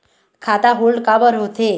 खाता होल्ड काबर होथे?